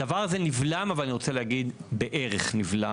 הדבר הזה נבלם, אבל אני רוצה להגיד בערך נבלם.